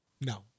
No